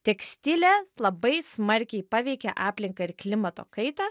tekstilė labai smarkiai paveikia aplinką ir klimato kaitą